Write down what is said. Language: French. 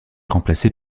remplacé